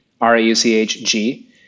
R-A-U-C-H-G